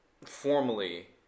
formally